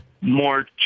more